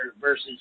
versus